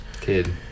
Kid